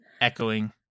echoing